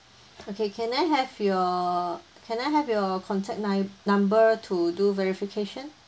okay can I have your can I have your contact nu~ number to do verification